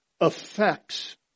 affects